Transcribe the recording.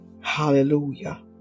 Hallelujah